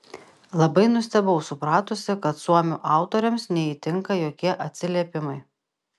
labai nustebau supratusi kad suomių autoriams neįtinka jokie atsiliepimai